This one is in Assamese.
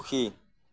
সুখী